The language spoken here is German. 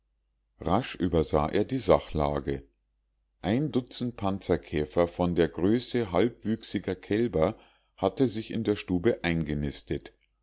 rasch übersah er die sachlage ein dutzend panzerkäfer von der größe halbwüchsiger kälber hatte sich in der stube eingenistet